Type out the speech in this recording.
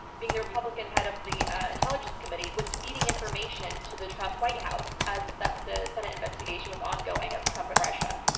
being the republican head of the intelligence committee, was feeding information to the trump white house as the the senate investigation was ongoing of trump and russia.